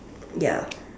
ya